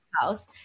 House